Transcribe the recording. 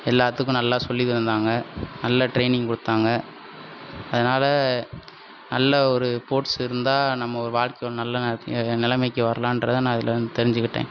எல்லாத்துக்கும் நல்லா சொல்லித்தந்தாங்க நல்ல ட்ரெயினிங் கொடுத்தாங்க அதனால நல்ல ஒரு ஸ்போர்ட்ஸ் இருந்தா நம்ம ஒரு வாழ்க்கை ஒரு நல்ல நிலமைக்கு வரலான்றதை நான் அதில் இருந்து தெரிஞ்சிக்கிட்டேன்